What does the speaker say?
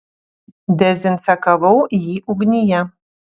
dezinfekavau jį ugnyje